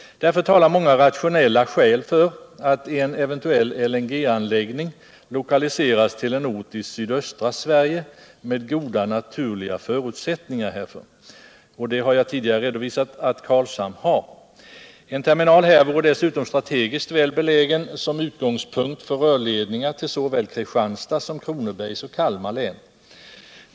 Därför talar många rationella skäl för att en eventuell LNG-anläggning lokaliseras ull en ort i sydöstra Sverige med goda naturliga förutsättningar härför, och det har jag tidigare redovisat att Karlshamn har. En terminal här vore dessutom strategiskt väl beligen som utgångspunkt för rörledningar till såväl Kristianstads som Kronobergs och Kalmar län.